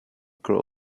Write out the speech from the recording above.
girl